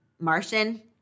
Martian